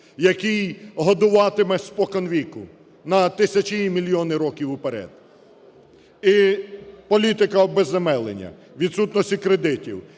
який годуватиме споконвік на тисячі і мільйонів років вперед. І політика обезземелення, відсутності кредитів,